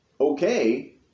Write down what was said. okay